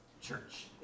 church